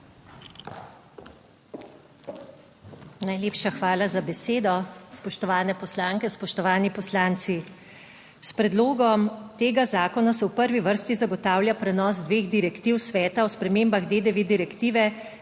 Najlepša hvala za besedo. Spoštovane poslanke, spoštovani poslanci! S predlogom tega zakona se v prvi vrsti zagotavlja prenos dveh direktiv Sveta o spremembah DDV direktive,